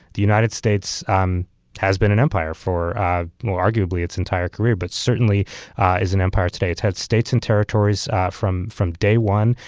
the united states um has been an empire for ah arguably its entire career, but certainly is an empire today. it's had states and territories from from day one,